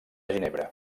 ginebra